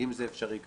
אם זה אפשרי כמובן.